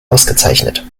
ausgezeichnet